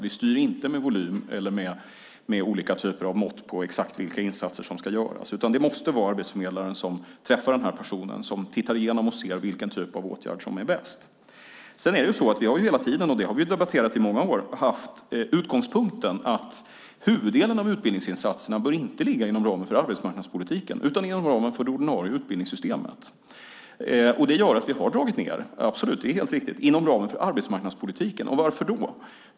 Vi styr inte med volym eller med olika typer av mått vilka insatser som ska göras, utan det måste vara arbetsförmedlaren som träffar personen som avgör vilken åtgärd som är bäst. Vi har hela tiden haft utgångspunkten att huvuddelen av utbildningsinsatserna inte bör ligga inom ramen för arbetsmarknadspolitiken utan inom ramen för det ordinarie utbildningssystemet, vilket vi har debatterat i många år. Det gör att vi har dragit ned - det är helt riktigt - inom ramen för arbetsmarknadspolitiken. Varför då?